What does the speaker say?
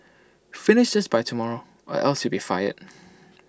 finish this by tomorrow or else you'll be fired